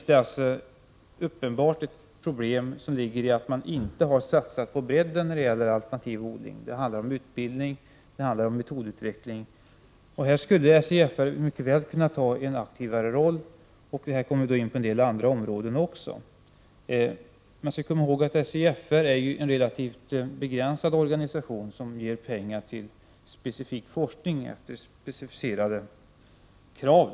Det ligger uppenbarligen ett problem däri att man inte satsat på bredden när det gäller alternativ odling. Det handlar om utbildning. Det handlar om metodutveckling. Här skulle SJFR mycket väl kunna spela en mer aktiv roll och komma in även på andra områden. Man skall komma ihåg att SJFR är en relativt begränsad organisation som ger pengar till specifik forskning med specificerade krav.